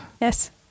Yes